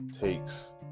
takes